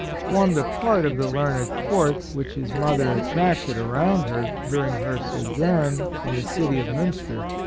formed a part of the learned court which his mother attracted around her during her sojourn in the city of munster.